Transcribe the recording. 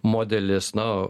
modelis na